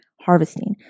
harvesting